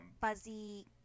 buzzy